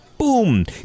Boom